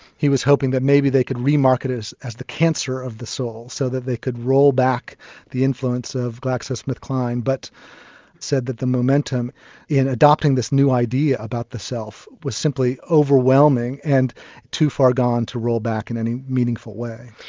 he was hoping that maybe they could remarket it as as the cancer of the soul, so that they could roll back the influence of glaxo smith kline. but they said that the momentum in adopting this new idea about the self was simply overwhelming and too far gone to roll back in a meaningful way.